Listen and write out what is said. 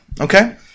okay